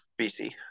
BC